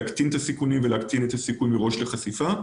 להקטין את הסיכונים ולהקטין מראש את הסיכוי לחשיפה.